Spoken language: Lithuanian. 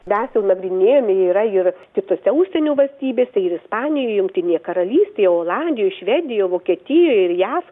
mes jau nagrinėjome yra ir kitose užsienio valstybėse ir ispanijoj jungtinėje karalystėj olandijoj švedijoj vokietijoj ir jav